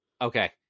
Okay